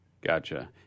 gotcha